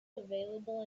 available